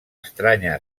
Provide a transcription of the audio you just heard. estranya